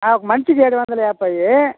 ఒక మనిషికి ఏడు వందల యాభై